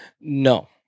no